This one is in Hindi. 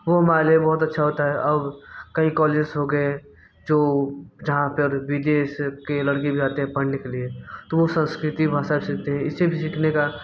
वो हमारे लिए बहुत अच्छा होता है अब कई कॉलेजेस हो गए जो जहाँ पर विदेश के लड़के भी आते हैं पढ़ने के लिए तो वो संस्कृत भाषा सीखते हैं इसे भी सीखने का